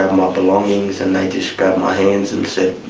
ah my belongings and they just grabbed my hands and said,